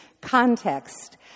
context